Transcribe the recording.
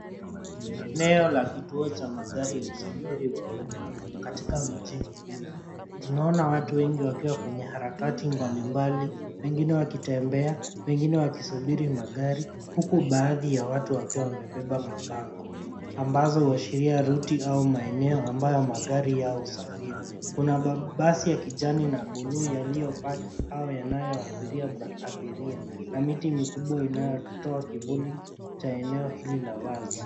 Ni eneo la kituo cha magari ya usafiri wa umma katika mji mkubwa. Tunaona watu wengi wakiwa kwenye harakati mbalimbali, wengine wakitembea, wengine wakisubiri magari, huku baadhi ya watu wakiwa wamebeba mabango ambazo huashiria ruti au maeneo ambayo magari yao husafiri. Kuna mabasi ya kijani na buuu yaliyopaki au yanayoabiria abiria na miti mikubwa inayotoa kivuli cha eneo hili la wazi.